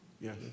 Yes